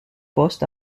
postes